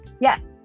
Yes